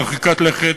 מרחיקה לכת,